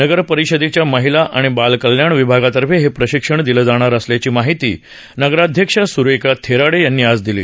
नगर परिषदेच्या महिला आणि बालकल्याण विभागादवारे हे प्रशिक्षण दिलं जाणार असल्याची माहिती नगराध्यक्षा सुरेखा थेराडे यांनी आज दिली